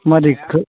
मालिखखौ